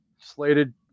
slated